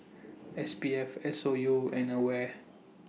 S B F S O U and AWARE